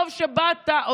טוב שבאת.